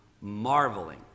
marveling